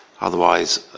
Otherwise